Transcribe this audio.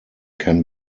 can